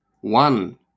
One